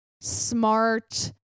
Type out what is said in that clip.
smart